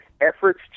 efforts